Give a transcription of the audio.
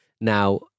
Now